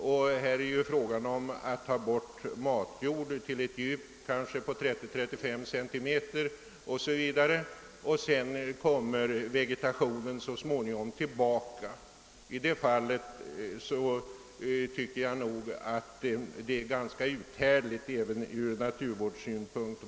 Visserligen är det fråga om att ta bort matjord till ett djup av kanske 30 å 35 cm, men sedan kommer vegetationen småningom tillbaka. I det fallet tycker jag nog att vad som sker är ganska uthärdligt även ur naturvårdssynpunkt.